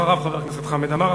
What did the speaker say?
אחריו, חבר הכנסת חמד עמאר.